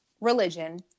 religion